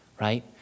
right